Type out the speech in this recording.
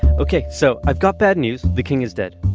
okay. so, i've got bad news. the king is dead.